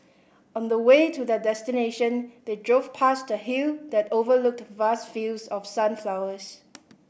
on the way to their destination they drove past the hill that overlooked vast fields of sunflowers